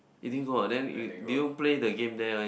you didn't go ah then did you play the game there one